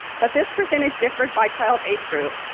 but this percentage differed by child age group,